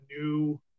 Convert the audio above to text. new